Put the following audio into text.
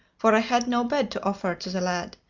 for i had no bed to offer to the lad,